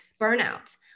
burnout